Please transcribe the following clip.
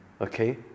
okay